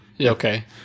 Okay